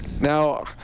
now